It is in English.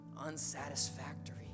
unsatisfactory